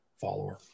follower